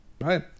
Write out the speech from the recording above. right